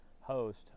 host